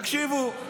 תקשיבו: